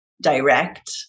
direct